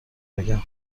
بگم